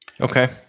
Okay